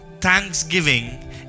Thanksgiving